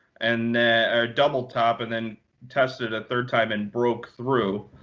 and or double top, and then tested a third time and broke through.